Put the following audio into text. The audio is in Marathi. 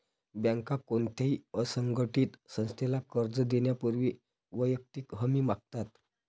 बँका कोणत्याही असंघटित संस्थेला कर्ज देण्यापूर्वी वैयक्तिक हमी मागतात